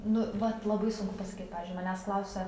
nu vat labai sunku pasakyt pavyzdžiui manęs klausia